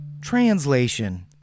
Translation